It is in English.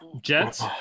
Jets